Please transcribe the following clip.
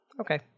Okay